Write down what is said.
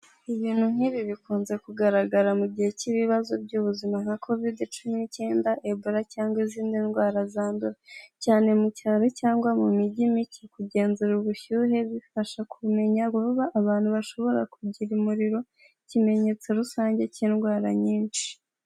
Ibintu nk'ibi bikunze kugaragara mu gihe cy'ibibazo by'ubuzima nka covide cumi n'icyenda, ebora, cyangwa izindi ndwara zandura. Cyane mu cyaro cyangwa mu mijyi mike kugenzura ubushyuhe bifasha kumenya buba abantu bashobora kugira umuriro ikimenyetso rusange cy'indwara nyinshi.